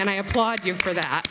and i applaud you for that